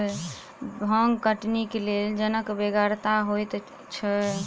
भांग कटनीक लेल जनक बेगरता होइते छै